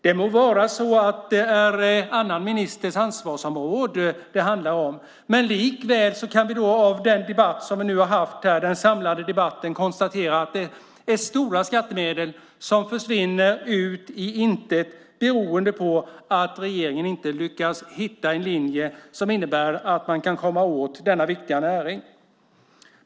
Det må vara annan ministers ansvarsområde det handlar om, men likväl kan vi av den samlade debatten här konstatera att det är stora skattemedel som försvinner ut i intet beroende på att regeringen inte lyckas hitta en linje som innebär att man kan komma åt fusk inom denna viktiga näring.